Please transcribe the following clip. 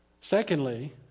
secondly